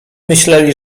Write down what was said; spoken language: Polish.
myśleli